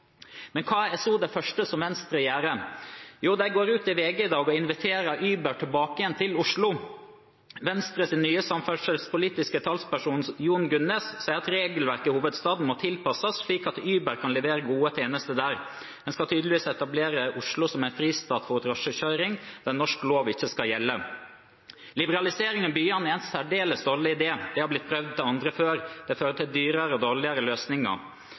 Men hva er så det første Venstre gjør? Jo, de går ut i VG i dag og inviterer Uber tilbake til Oslo. Venstres nye samferdselspolitiske talsperson, Jon Gunnes, sier: «Regelverket i hovedstaden må tilpasses slik at Uber kan levere gode tjenester der.» En skal tydeligvis etablere Oslo som et fristed for drosjekjøring, der norsk lov ikke skal gjelde. Liberalisering i byene er en særdeles dårlig idé, det har blitt prøvd av andre før. Det fører til dyrere og dårligere løsninger.